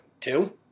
Two